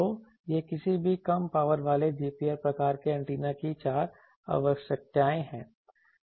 तो ये किसी भी कम पावर वाले GPR प्रकार के एंटीना की चार आवश्यकताएं हैं